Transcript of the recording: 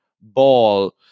ball